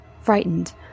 Frightened